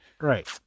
right